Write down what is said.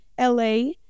la